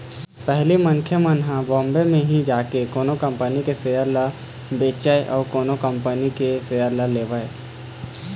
पहिली मनखे मन ह बॉम्बे म ही जाके कोनो कंपनी के सेयर ल बेचय अउ कोनो कंपनी के सेयर ल लेवय